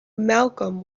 malcolm